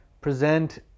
present